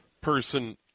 person